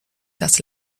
das